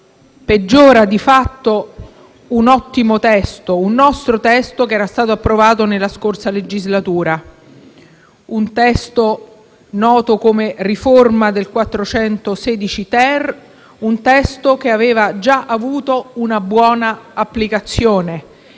peggiora di fatto un ottimo testo: un nostro testo, che era stato approvato nella scorsa legislatura, un testo noto come riforma dell'articolo 416-*ter* del codice penale, che aveva già avuto una buona applicazione